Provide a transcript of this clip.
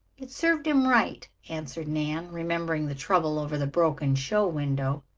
it served him right, answered nan, remembering the trouble over the broken show window.